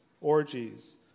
orgies